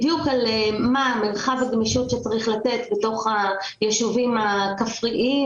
בדיוק על מה מרחב הגמישות שצריך לתת בתוך היישובים הכפריים,